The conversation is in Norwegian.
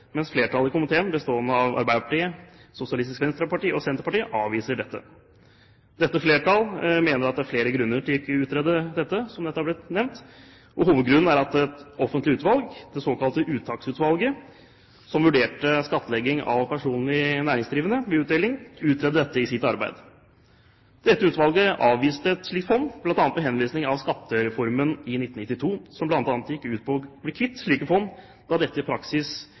mens flertallet i komiteen, bestående av Arbeiderpartiet, Sosialistisk Venstreparti og Senterpartiet, avviser dette. Dette flertallet mener at det er flere grunner for ikke å utrede dette. Hovedgrunnen er at et offentlig utvalg, det såkalte Uttaksutvalget som vurderte skattlegging av personlig næringsdrivende ved utdeling, utredet dette i sitt arbeid. Dette utvalget avviste et slikt fond, bl.a. med henvisning til Skattereformen i 1992, som bl.a. gikk ut på å bli kvitt slike fond, da dette i praksis